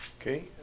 Okay